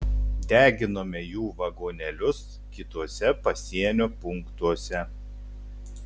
deginome jų vagonėlius kituose pasienio punktuose